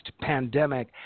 pandemic